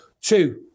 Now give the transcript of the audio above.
two